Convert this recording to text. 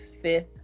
fifth